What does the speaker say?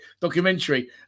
Documentary